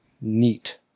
Neat